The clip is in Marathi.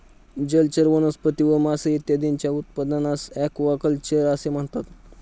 जलचर वनस्पती व मासे इत्यादींच्या उत्पादनास ॲक्वाकल्चर असे म्हणतात